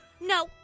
No